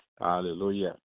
Hallelujah